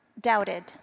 doubted